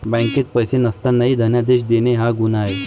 बँकेत पैसे नसतानाही धनादेश देणे हा गुन्हा आहे